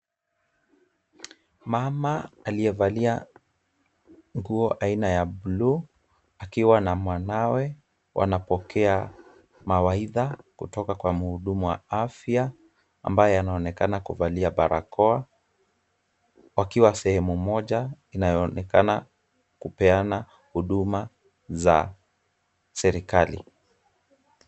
Mama aliyevalia nguo aina ya buluu akiwa na mwanawe wanapokea mawaidha kutoka kwa muhudumu wa afya ambaye anaonekana kuvalia barakoa, wakiwa sehemu moja inayoonekana kupeana huduma za serikali.